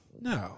no